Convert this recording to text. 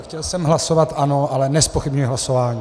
Chtěl jsem hlasovat ano, ale nezpochybňuji hlasování.